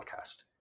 podcast